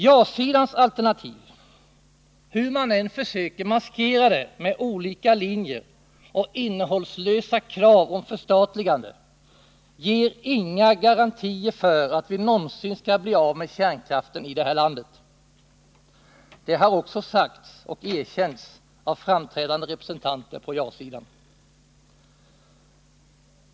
Ja-sidans alternativ, hur man än försöker maskera det med olika linjer och innehållslösa krav om förstatligande, ger inga garantier för att vi någonsin skall bli av med kärnkraften här i landet. Det har också sagts och erkänts av framträdande representanter på ja-sidan.